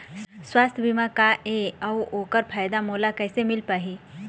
सुवास्थ बीमा का ए अउ ओकर फायदा मोला कैसे मिल पाही?